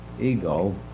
ego